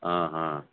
હં હં